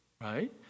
right